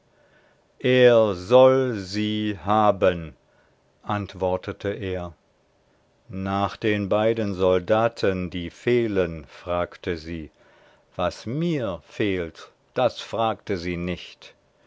er soll sie haben antwortete er nach den beiden soldaten die fehlen fragte sie was mir fehlt das fragte sie nicht